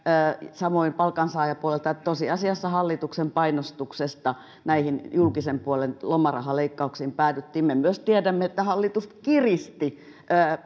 samoin palkansaajapuolelta että tosiasiassa hallituksen painostuksesta näihin julkisen puolen lomarahaleikkauksiin päädyttiin me myös tiedämme että hallitus kiristi